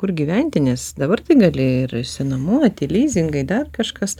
kur gyventi nes dabar tai gali ir išsinuomoti lizingai dar kažkas